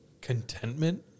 contentment